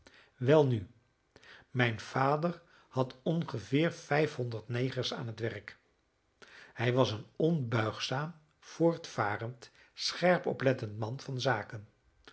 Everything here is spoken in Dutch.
welnu mijn vader had ongeveer vijfhonderd negers aan het werk hij was een onbuigzaam voortvarend scherp oplettend man van zaken